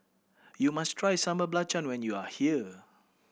you must try Sambal Belacan when you are here